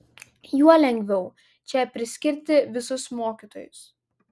juo lengviau čia priskirti visus mokytojus